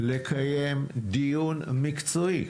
לקיים דיון מקצועי.